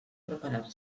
preparar